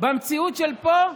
במציאות של פה,